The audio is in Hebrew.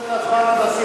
שזה ירד?